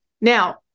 Now